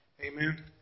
Amen